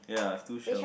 ya have two shell